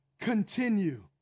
continue